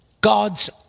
God's